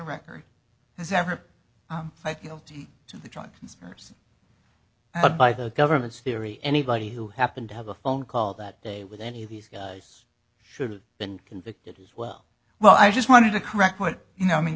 but by the government's theory anybody who happened to have a phone call that day with any of these should have been convicted as well well i just wanted to correct what you know i mean